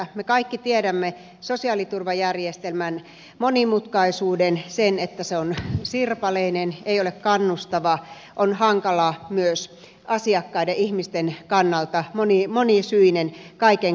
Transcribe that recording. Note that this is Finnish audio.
me kaikki tiedämme sosiaaliturvajärjestelmän monimutkaisuuden sen että se on sirpaleinen ei ole kannustava on hankala myös asiakkaiden ihmisten kannalta monisyinen kaiken kaikkiaan